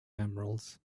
emeralds